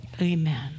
Amen